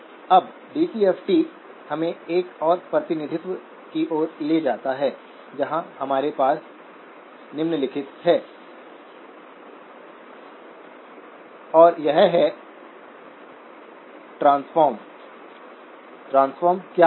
अब D T F T हमें एक और प्रतिनिधित्व की ओर ले जाता है जहाँ हमारे पास निम्नलिखित हैं और यह है यह ट्रांसफॉर्म क्या है